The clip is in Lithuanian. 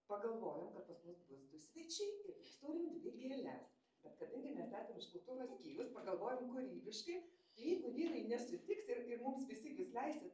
pagalvojom kad pas mus bus du svečiai ir mes turim dvi gėles bet kadangi mes esam iš kultūros skyriaus pagalvojom kūrybiškai jeigu vyrai nesutiks ir ir mums vis tik jūs leisit